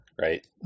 right